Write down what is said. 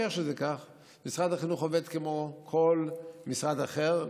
משרד החינוך עובד כמו כל משרד אחר,